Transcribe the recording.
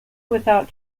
without